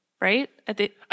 Right